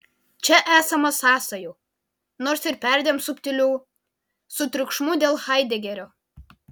čia esama sąsajų nors ir perdėm subtilių su triukšmu dėl haidegerio